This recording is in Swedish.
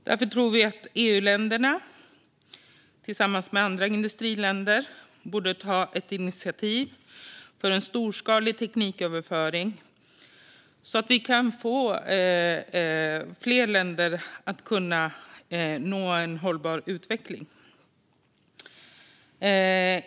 Vi tycker att EU-länderna tillsammans med andra industriländer borde ta ett initiativ till en storskalig tekniköverföring så att vi kan få fler länder att nå en hållbar utveckling.